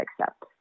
accept